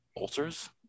ulcers